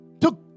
took